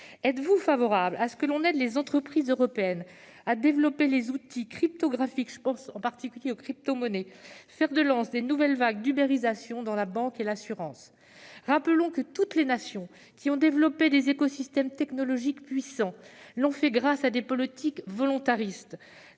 Êtes-vous favorable à ce que l'on aide les entreprises européennes à développer les outils cryptographiques, en particulier les crypto-monnaies, fers de lance des nouvelles vagues d'ubérisation dans la banque et l'assurance ? Rappelons que toutes les nations qui ont développé des écosystèmes technologiques puissants l'ont fait grâce à des politiques volontaristes.